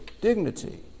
dignity